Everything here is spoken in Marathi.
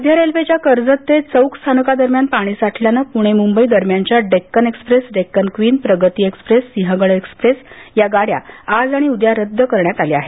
मध्य रेल्वेच्या कर्जतते चौक स्थानका दरम्यान पाणी साठल्यानं पुणे मुंबई दरम्यानच्या डेक्कन एक्सप्रेस डेक्कन क्वीन प्रगती एक्सप्रेससिंहगड एक्सप्रेस या गाड्या आज आणि उद्या रद्द करण्यात आल्या आहेत